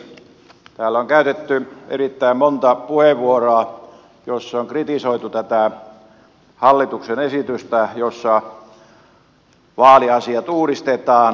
täällä on käytetty erittäin monta puheenvuoroa joissa on kritisoitu tätä hallituksen esitystä jossa vaaliasiat uudistetaan